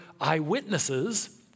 eyewitnesses